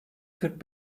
kırk